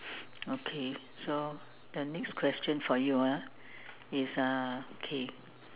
okay so the next question for you ah is uh okay